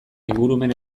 ingurumen